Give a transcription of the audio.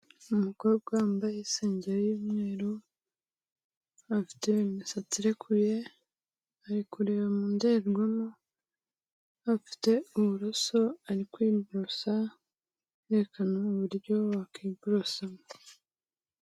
Umukobwa wambaye isengeri y'umweru, afite imisatsi irekuye, ari kureba mu ndorerwamo, afite uburoso ari kwiborosa yerekana uburyo wakwiborosamo.